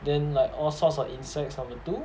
then like all sorts of insects number two